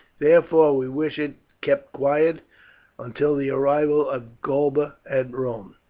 therefore we wish it kept quiet until the arrival of galba at rome.